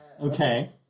Okay